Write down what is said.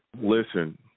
Listen